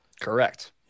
Correct